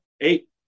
eight